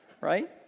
right